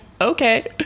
okay